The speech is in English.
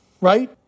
right